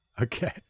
Okay